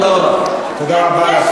תודה רבה.